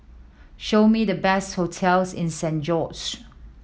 show me the best hotels in Saint George